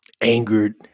angered